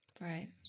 Right